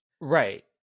Right